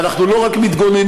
ואנחנו לא רק מתגוננים,